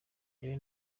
jyewe